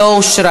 נתקבלה.